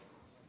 היא